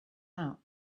out